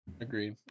Agreed